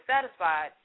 satisfied